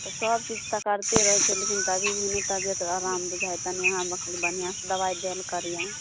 तऽ सब चीज तऽ करते रहै छी लेकिन तभी भी तबियत आराम बुझाय तनि अहाँ बढ़िऑं दवाइ देल करियौ